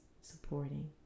supporting